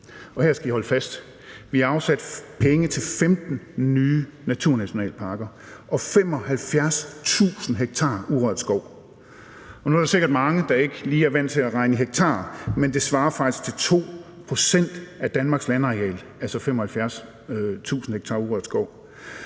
Her skal I holde fast: Vi har afsat penge til 15 nye naturnationalparker og 75.000 ha urørt skov. Og nu er der sikkert mange, der ikke lige er vant til at regne i hektar, men 75.000 ha urørt skov svarer faktisk til 2 pct. af Danmarks landareal. Da vi kun havde under 1